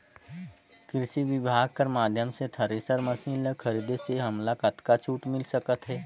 कृषि विभाग कर माध्यम से थरेसर मशीन ला खरीदे से हमन ला कतका छूट मिल सकत हे?